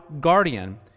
guardian